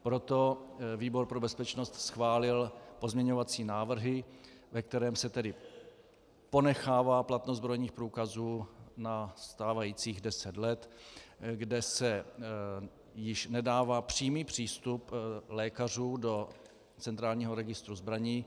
Proto výbor pro bezpečnost schválil pozměňovací návrhy, ve kterých se tedy ponechává platnost zbrojních průkazů na stávajících deset let, kde se již nedává přímý přístup lékařů do centrálního registru zbraní.